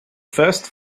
first